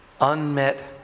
unmet